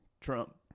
Trump